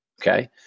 okay